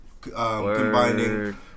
combining